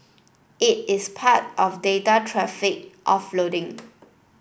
it is part of data traffic offloading